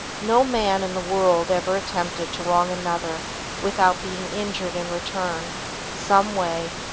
no man in the world ever attempted to wrong another without being injured in return someway,